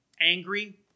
angry